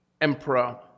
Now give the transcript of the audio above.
Emperor